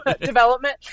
development